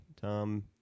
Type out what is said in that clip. Tom